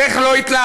איך לא יתלהבו?